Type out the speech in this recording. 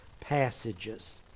passages